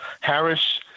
Harris